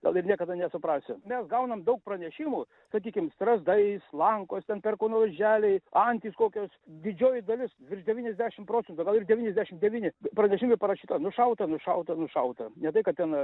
gal ir niekada nesuprasiu mes gaunam daug pranešimų sakykim strazdai slankos ten perkūno oželiai antys kokios didžioji dalis virš devyniasdešimt procentų gal ir devyniasdešimt devyni pranešimai parašyta nušauta nušauta nušauta ne tai kad ten